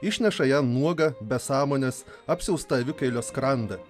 išneša ją nuogą be sąmonės apsiaustą avikailio skranda